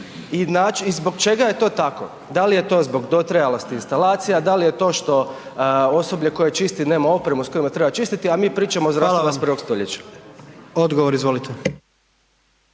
i zbog čega je to tako. Da li je to zbog dotrajalosti instalacija, da li je to što osoblje koje čisti nema opremu s kojima treba čistiti a mi pričamo o zdravstvu 21. stoljeća. **Jandroković,